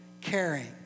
Caring